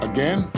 Again